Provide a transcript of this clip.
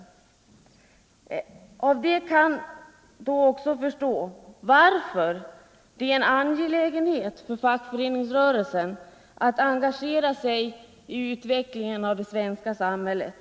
Då kan vi också förstå varför det är en angelägenhet för fackföreningsrörelsen att engagera sig i utvecklingen av det svenska samhället.